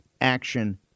action